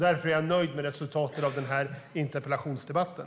Därför är jag nöjd med resultatet av den här interpellationsdebatten.